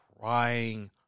crying